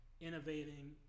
innovating